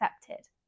accepted